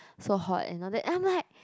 so hot and all that and I'm like